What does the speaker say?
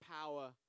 power